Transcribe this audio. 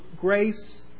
grace